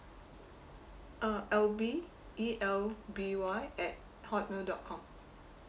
uh elby E L B Y at hotmail dot com